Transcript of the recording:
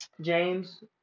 James